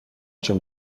cię